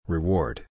Reward